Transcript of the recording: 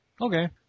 Okay